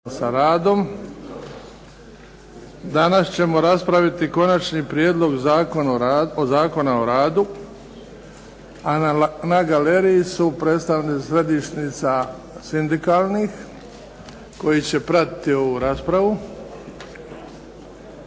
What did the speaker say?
sa radom. Danas ćemo raspraviti Konačni prijedlog zakona o radu, a na galeriji su predstavnici središnjica sindikalnih koji će pratiti ovu raspravu.